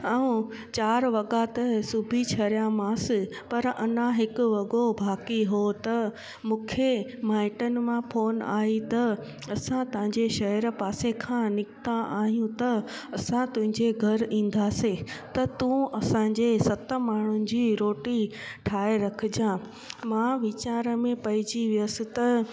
ऐं चारि वॻा त सुबी छॾियामांसि पर अञा हिकु वॻो बाक़ी हुओ त मूंखे माइटनि मां फोन आई त असां तव्हांजे शहरु पासे खां निकिता आहियूं त असां तुंहिंजे घरि ईंदासि त तूं असांजे सत माण्हुनि जी रोटी ठाहे रखजांइ मां वीचार में पइजी वियसि त